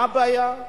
מה הבעיה?